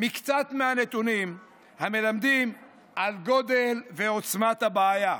מקצת מהנתונים המלמדים על גודל הבעיה ועוצמת הבעיה.